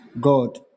God